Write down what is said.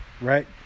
right